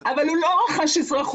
הדין --- אבל הוא לא רכש אזרחות.